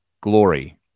glory